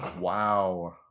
Wow